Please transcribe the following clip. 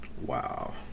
Wow